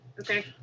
Okay